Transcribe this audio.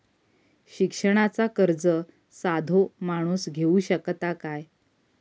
शिक्षणाचा कर्ज साधो माणूस घेऊ शकता काय?